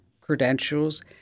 credentials